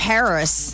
Paris